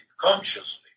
consciously